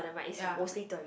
ya